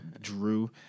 drew